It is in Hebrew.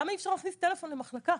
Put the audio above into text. למה אי אפשר להכניס טלפון למחלקה?